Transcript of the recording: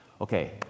Okay